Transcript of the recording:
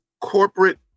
corporate